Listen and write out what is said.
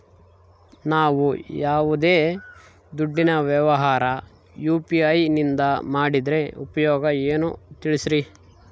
ನಾವು ಯಾವ್ದೇ ದುಡ್ಡಿನ ವ್ಯವಹಾರ ಯು.ಪಿ.ಐ ನಿಂದ ಮಾಡಿದ್ರೆ ಉಪಯೋಗ ಏನು ತಿಳಿಸ್ರಿ?